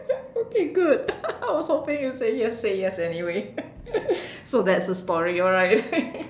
okay good I was hoping you say yes say yes anyway so that's the story alright